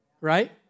right